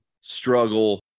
struggle